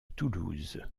toulouse